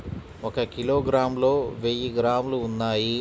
ఒక కిలోగ్రామ్ లో వెయ్యి గ్రాములు ఉన్నాయి